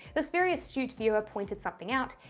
this very astute viewer pointed something out.